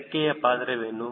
ರೆಕ್ಕೆಯ ಪಾತ್ರವೇನು